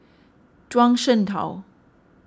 Zhuang Shengtao